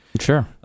Sure